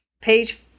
page